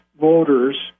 voters